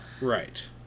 Right